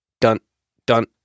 dun-dun